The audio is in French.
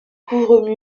couvre